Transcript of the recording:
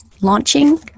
launching